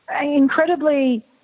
incredibly